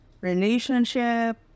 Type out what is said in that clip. relationship